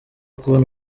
kubona